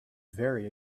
very